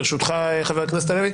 ברשותך חבר הכנסת הלוי.